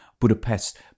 Budapest